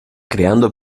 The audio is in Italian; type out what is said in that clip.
creando